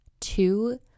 Two